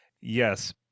yes